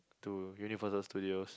to Universal Studios